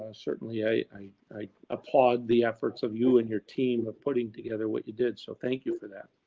ah certainly i i applaud the efforts of you and your team of putting together what you did. so thank you for that.